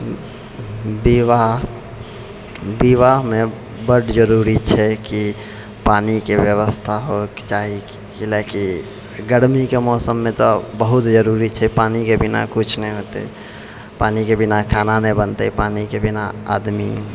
विबाह विबाहमे बड़ जरुरी छै कि पानिके व्यवस्था होइ के चाही किएकि गर्मीके मौसममे तऽ बहुत जरूरी छै पानिके बिन किछु नहि होतै पानीके बिना खाना नहि बनतै पानीके बिना आदमी